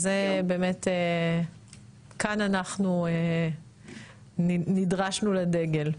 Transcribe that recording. אז כאן באמת אנחנו נדרשנו לדגל,